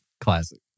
classic